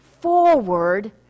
forward